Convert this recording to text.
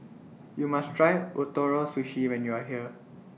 YOU must Try Ootoro Sushi when YOU Are here